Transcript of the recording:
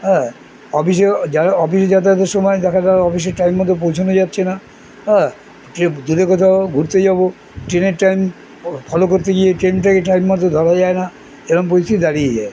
হ্যাঁ অফিসে যারা অফিসে যাতায়াতের সময় দেখা যাওয়ার অফিসের টাইম মতো পৌঁছোনো যাচ্ছে না হ্যাঁ দূরে কোথাও ঘুরতে যাবো ট্রেনের টাইম ফলো করতে গিয়ে ট্রেনটাকে টাইম মতো ধরা যায় না এরম পরিস্থিতি দাঁড়িয়ে যায়